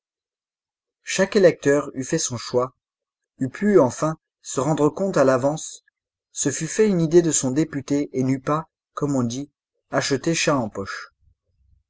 chaque électeur eût fait son choix eût pu enfin se rendre compte à l'avance se fût fait une idée de son député et n'eût pas comme on dit acheté chat